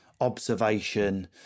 observation